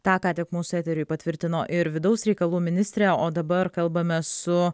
tą ką tik mūsų eteriui patvirtino ir vidaus reikalų ministrė o dabar kalbame su